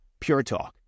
PureTalk